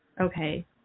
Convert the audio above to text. Okay